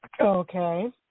Okay